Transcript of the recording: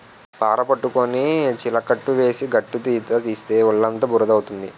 పార పట్టుకొని చిలకట్టు వేసి గట్టుతీత తీస్తే ఒళ్ళుఅంతా బురద అవుతుంది